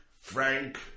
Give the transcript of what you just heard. Frank